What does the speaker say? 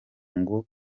ngo